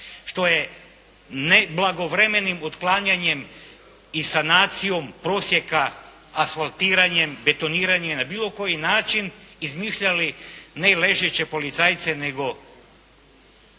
što je neblagovremenim otklanjanjem i sanacijom prosjeka, asfaltiranjem, betoniranjem na bilo koji način izmišljali ne ležeće policajce nego